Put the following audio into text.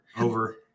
Over